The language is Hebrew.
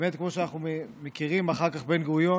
ובאמת, כמו שאנחנו יודעים, אחר כך בן-גוריון